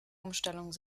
umstellung